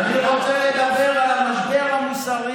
אני רוצה לדבר על המשבר המוסרי